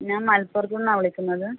ഞാൻ മലപ്പുറത്തുനിന്നാണ് വിളിക്കുന്നത്